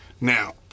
Now